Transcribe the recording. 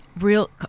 real